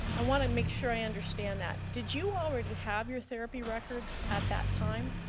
i want to make sure i understand that. did you already have your therapy records at that time?